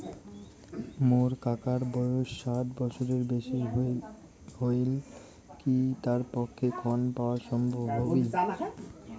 মোর কাকার বয়স ষাট বছরের বেশি হলই কি তার পক্ষে ঋণ পাওয়াং সম্ভব হবি?